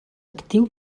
actiu